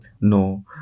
No